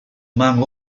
among